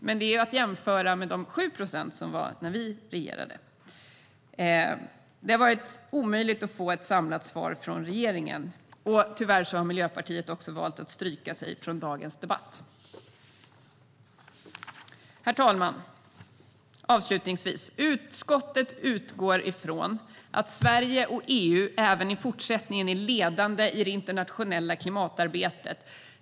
Men det kan jämföras med 7 procent när vi regerade. Det har varit omöjligt att få ett samlat svar från regeringen. Och tyvärr har Miljöpartiet valt att stryka sig från dagens debatt. Avslutningsvis utgår utskottet från att Sverige och EU även i fortsättningen är ledande i det internationella klimatarbetet.